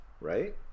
right